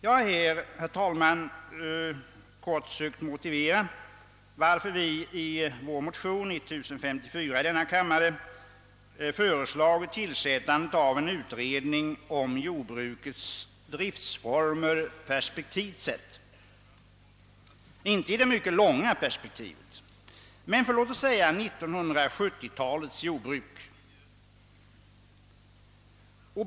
Jag har, herr talman, kort sökt motivera varför vi i vår motion 1054 i denna kammare föreslagit tillsättandet av en utredning om jordbrukets driftsformer sedda i perspektiv — inte i det långa perspektivet men för låt oss säga 1970-talets jordbruk.